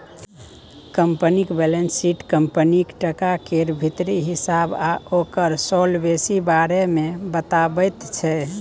कंपनीक balance sheet कंपनीक टका केर भीतरी हिसाब आ ओकर सोलवेंसी बारे मे बताबैत छै